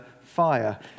fire